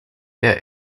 der